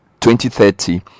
2030